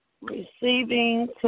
receiving